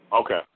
Okay